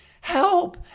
Help